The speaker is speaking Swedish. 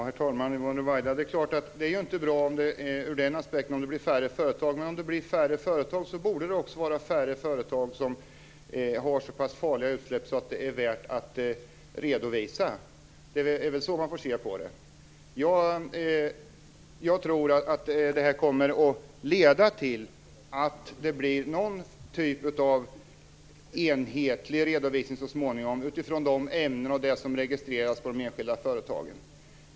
Herr talman! Ur den aspekten är det inte bra om det blir färre företag. Men om det blir färre företag borde det också vara färre företag som har så pass farliga utsläpp att det är värt att redovisa. Det är väl så man får se på det. Jag tror att det här kommer att leda till att det blir någon typ av enhetlig redovisning utifrån de ämnen som registreras på de enskilda företagen.